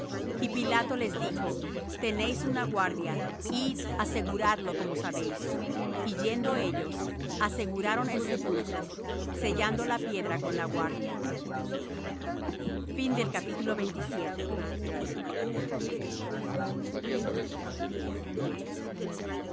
y pilato les dijo tenéis una guardia id aseguradlo como sabéis y yendo ellos aseguraron el sepulcro sellando la piedra con la guardia y